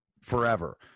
forever